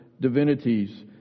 divinities